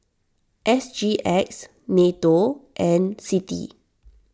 S G X Nato and Citi